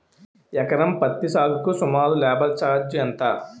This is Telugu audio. ఎకరం పత్తి సాగుకు సుమారు లేబర్ ఛార్జ్ ఎంత?